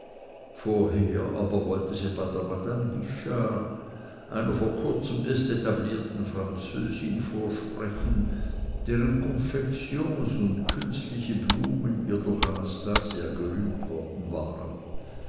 vorher aber wollte sie bei der madame guichard einer vor kurzem erst etablierten französin vorsprechen deren konfektions und künstliche blumen ihr durch anastasia gerühmt worden waren